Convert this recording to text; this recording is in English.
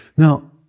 Now